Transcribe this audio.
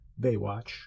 Baywatch